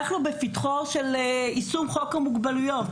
אנחנו בפתחו של יישום חוק המוגבלויות